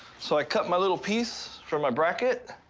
so i cut my little piece for my bracket,